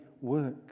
work